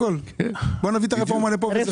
בוא נביא את הרפורמה לכאן.